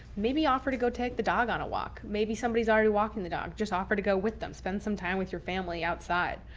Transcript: maybe offer to go take the dog on a walk. maybe somebody is already walking the dog. just offered to go with them. spend some time with your family outside.